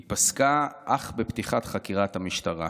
היא פסקה אך בפתיחת חקירת המשטרה.